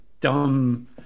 dumb